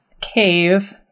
Cave